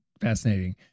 fascinating